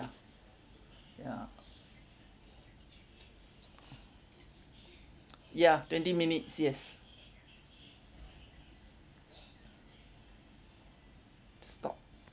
ya ya twenty minutes yes stop